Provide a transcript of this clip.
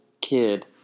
kid